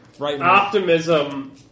optimism